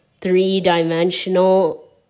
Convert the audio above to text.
three-dimensional